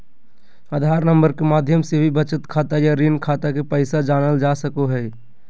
आधार number के माध्यम से भी बचत खाता या ऋण खाता के पैसा जानल जा सको हय